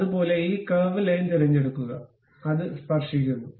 അതുപോലെ ഈ curve line തിരഞ്ഞെടുക്കുക അത് സ്പർശിക്കുന്നു